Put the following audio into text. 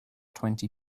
twenty